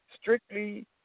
strictly